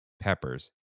peppers